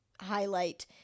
highlight